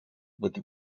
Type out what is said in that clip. with